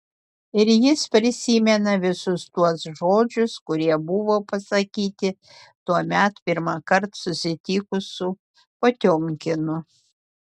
ir jis prisimena visus tuos žodžius kurie buvo pasakyti tuomet pirmąkart susitikus su potiomkinu